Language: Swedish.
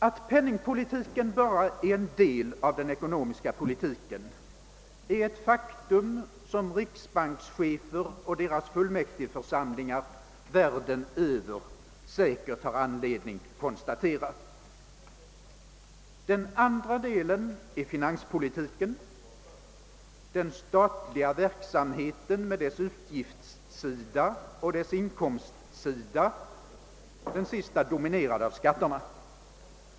Att penningpolitiken bara är en del av den ekonomiska politiken är ett faktum som riksbankschefer och deras fullmäktigeförsamlingar världen över säkert ofta har anledning att konstatera. Den andra delen är finanspolitiken, den statliga verksamheten med dess utgiftsoch inkomstsida, den senare dominerad av skatterna.